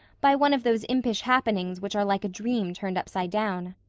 by one of those impish happenings which are like a dream turned upside down.